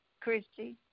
Christy